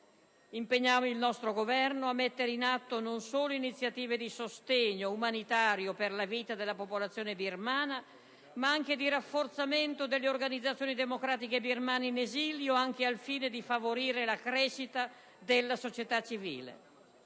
Impegniamo il nostro Governo a mettere in atto non solo iniziative di sostegno umanitario per la vita della popolazione birmana, ma anche di rafforzamento delle organizzazioni democratiche birmane in esilio al fine di favorire la crescita della società civile.